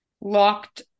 locked